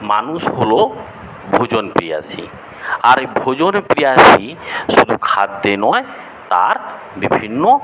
মানুষ হলো ভোজনপ্রিয়াসী আর এই ভোজনপ্রিয়াসী শুধু খাদ্যে নয় তার বিভিন্ন